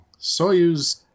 Soyuz